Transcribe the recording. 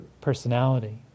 personality